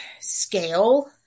scale